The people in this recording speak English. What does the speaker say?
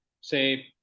say